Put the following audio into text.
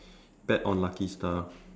bet on lucky star